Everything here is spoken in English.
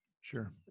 Sure